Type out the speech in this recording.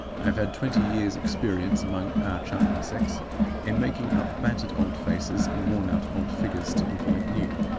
i have had twenty years experience among our charming sex in making up battered old faces and wornout old figures to look like new,